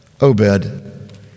Obed